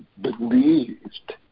believed